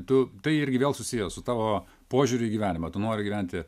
tu tai irgi vėl susiję su tavo požiūriu į gyvenimą tu nori gyventi